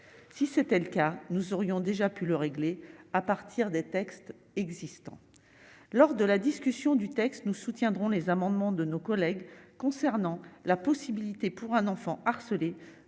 si c'était le cas, nous serions déjà pu le régler à partir des textes existants lors de la discussion du texte, nous soutiendrons les amendements de nos collègues, concernant la possibilité pour un enfant harcelé